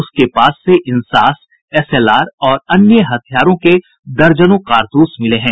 उसके पास से इंसास एसएलआर और अन्य हथियारों के दर्जनों कारतूस मिले हैं